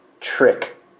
trick